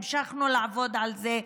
המשכנו לעבוד על זה,